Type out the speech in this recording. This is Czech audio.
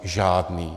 Žádný.